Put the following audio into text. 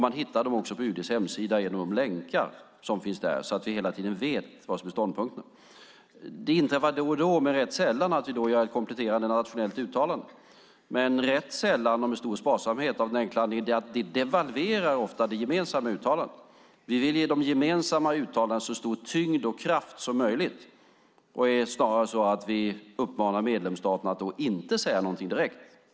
Men hittar dem också på UD:s hemsida genom de länkar som finns där så att vi hela tiden vet vad ståndpunkterna är. Det inträffar då och då men rätt sällan att vi gör ett kompletterande nationellt uttalande. Det sker rätt sällan och med stor sparsamhet av den enkla anledningen att det ofta devalverar det gemensamma uttalandet. Vi vill ge de gemensamma uttalandena så stor tyngd och kraft som möjligt. Det är snarare så att vi uppmanar medlemsstaterna att inte säga någonting direkt.